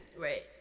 Right